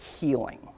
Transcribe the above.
healing